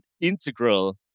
integral